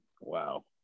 Wow